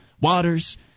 waters